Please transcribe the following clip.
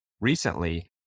Recently